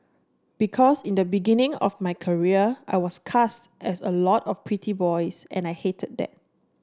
because in the beginning of my career I was cast as a lot of pretty boys and I hated that